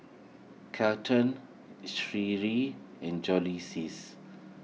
Kelton Sheree and